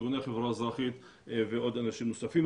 ארגוני החברה האזרחית ועוד אנשים נוספים,